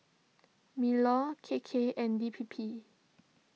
MinLaw K K and D P P